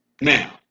Now